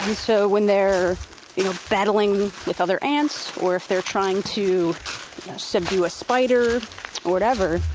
so when they're you know battling with other ants or if they're trying to subdue a spider or whatever,